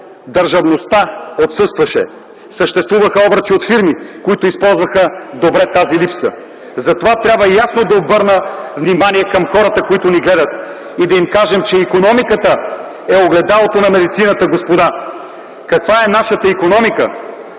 държавността отсъстваше. Съществуваха обръчи от фирми, които използваха добре тази липса. Затова трябва ясно да обърна внимание към хората, които ни гледат и да им кажа, че икономиката е огледалото на медицината, господа. Каквато е нашата икономика?